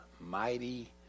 mighty